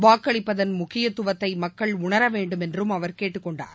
வாக்களிப்பதன் முக்கியத்துவத்தை மக்கள் உணரவேண்டும் என்றும் அவர் கேட்டுக்கொண்டார்